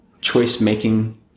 choice-making